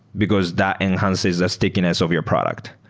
because that enhances the stickiness of your product,